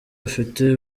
afite